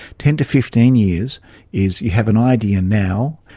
ten to fifteen years is you have an idea now,